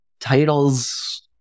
titles